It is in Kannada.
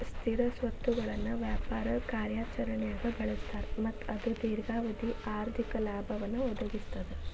ಸ್ಥಿರ ಸ್ವತ್ತುಗಳನ್ನ ವ್ಯಾಪಾರ ಕಾರ್ಯಾಚರಣ್ಯಾಗ್ ಬಳಸ್ತಾರ ಮತ್ತ ಅದು ದೇರ್ಘಾವಧಿ ಆರ್ಥಿಕ ಲಾಭವನ್ನ ಒದಗಿಸ್ತದ